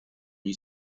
gli